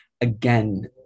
Again